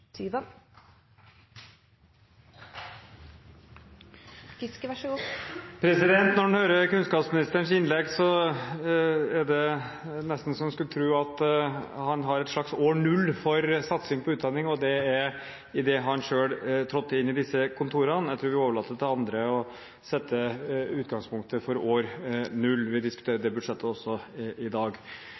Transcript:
det nesten så en skulle tro at han har et slags år 0 for satsing på utdanning, og det er idet han selv trådte inn i de kontorene. Jeg tror vi overlater til andre å sette utgangspunktet for år 0 – vi diskuterer det budsjettet også i dag.